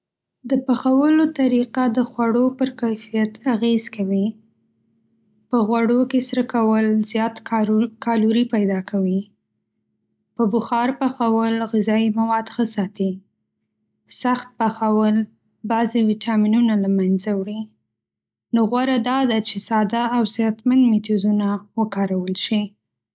د پخولو طریقه د خوړو پر کیفیت اغېز کوي. په غوړ کې سرخ کول زیات کالورۍ پیدا کوي. بخار پخول یا اب‌پخول غذایي مواد ښه ساتي. سخت پخول بعضې ویټامینونه له منځه وړي. نو غوره ده چې ساده او صحتمند میتودونه وکارول شي.